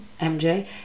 MJ